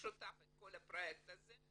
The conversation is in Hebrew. במשותף את כל הפרויקט הזה,